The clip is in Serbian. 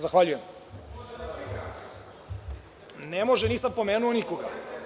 Zahvaljujem [[Marko Gavrilović, s mesta: Može li replika?]] Ne može nisam pomenuo nikoga.